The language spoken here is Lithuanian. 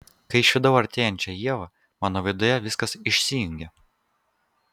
kai išvydau artėjančią ievą mano viduje viskas išsijungė